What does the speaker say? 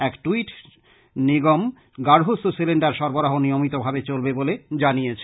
এক টুইটে নিগম গার্হস্থ্য সিলিন্ডার সরবরাহ নিয়মিতভাবে চলবে বলে জানিয়েছে